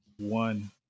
one